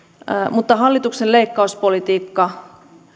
mutta hallituksen leikkauspolitiikka